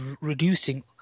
reducing